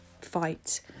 fight